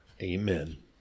Amen